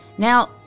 Now